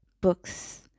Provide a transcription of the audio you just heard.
books